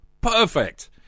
Perfect